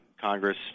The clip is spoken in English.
Congress